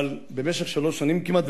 אבל במשך שלוש שנים כמעט,